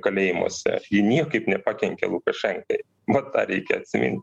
kalėjimuose ji niekaip nepakenkė lukašenkai vat tą reikia atsimint